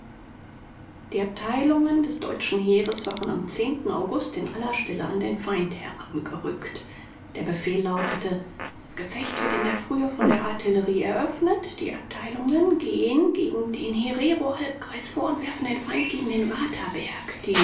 die abteilungen des deutschen heeres waren am august in aller stille an den feind herangerückt der befehl lautete das gefecht wird in der frühe von der artillerie eröffnet die abteilungen gehen gegen den hererohalbkreis vor und werfen den feind gegen den waterberg die